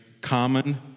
common